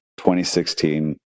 2016